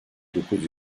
dokuz